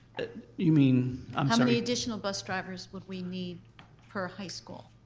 yeah i mean um how many additional bus drivers would we need per high school?